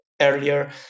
earlier